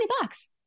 bucks